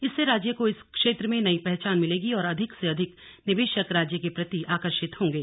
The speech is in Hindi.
इससे राज्य को इस क्षेत्र में नई पहचान मिलेगी और अधिक से अधिक निवेशक राज्य के प्रति आकर्षित होंगे